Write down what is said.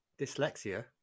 Dyslexia